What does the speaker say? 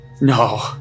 No